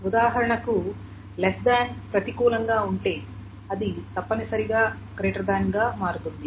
ఉదాహరణకు less than ప్రతికూలంగా ఉంటే అది తప్పనిసరిగా గ్రేటర్ దాన్ గా మారుతుంది